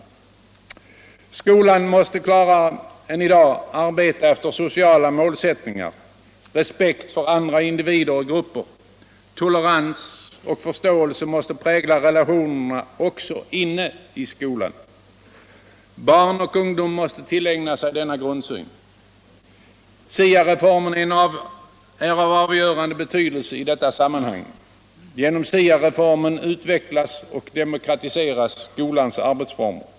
Skolan måste klarare än i dag arbeta efter sociala målsättningar. Respekt för andra individer och grupper, tolerans och förstäelse måste prägla relätionerna också inne i skolan. Barn och ungdom måste tillägna sig denna grundsyn. STA-reformen är av avgörande betydelse i detta sammanhang. Genom SIA-reformen utvecklas och demokratiseras skolans arbetsformer.